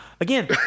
again